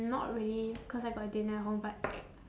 not really cause I got dinner at home but like